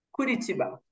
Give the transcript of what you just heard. Curitiba